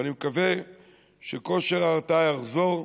ואני מקווה שכושר ההרתעה יחזור,